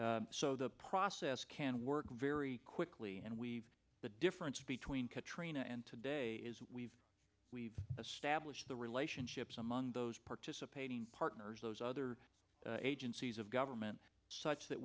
complete so the process can work very quickly and we've the difference between katrina and today is we've we've established the relationships among those participating partners those other agencies of government such that